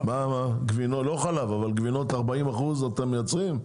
לא חלב, גבינות 40 אחוזי שומן אתם מייצרים?